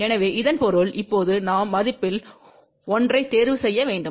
எனவே இதன் பொருள் இப்போது நாம் மதிப்பில் ஒன்றை தேர்வு செய்ய வேண்டும்